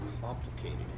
complicated